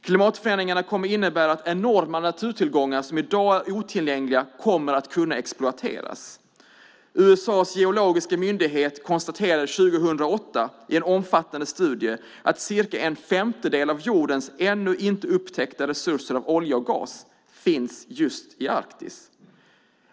Klimatförändringarna kommer att innebära att enorma naturtillgångar som i dag är otillgängliga kommer att kunna exploateras. USA:s geologiska myndighet konstaterade 2008 i en omfattande studie att cirka en femtedel av jordens ännu inte upptäckta resurser av olja och gas finns just i Arktis.